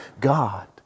God